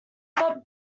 but